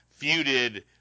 feuded